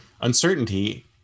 uncertainty